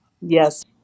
Yes